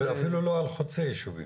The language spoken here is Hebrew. אפילו לא על חוצה-ישובים.